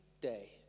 day